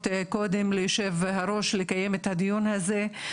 קודם ליושב הראש לקיים את הדיון הזה.